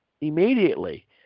immediately